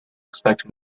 expecting